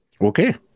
Okay